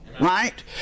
right